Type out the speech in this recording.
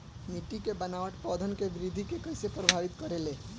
मिट्टी के बनावट पौधन के वृद्धि के कइसे प्रभावित करे ले?